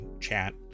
chat